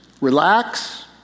Relax